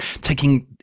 taking